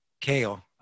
Kale